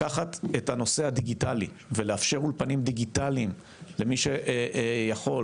לקחת את הנושא הדיגיטלי ולאפשר אולפנים דיגיטליים למי שיכול,